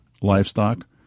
livestock